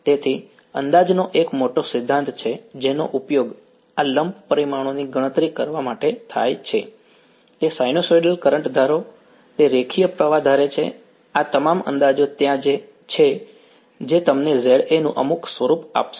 તેથી અંદાજનો એક મોટો સિદ્ધાંત છે જેનો ઉપયોગ આ લમ્પ પરિમાણોની ગણતરી કરવા માટે થાય છે તે સાઇનસૉઇડલ કરંટ ધારો તે રેખીય પ્રવાહ ધારે છે આ તમામ અંદાજો ત્યાં છે જે તમને Za નું અમુક સ્વરૂપ આપશે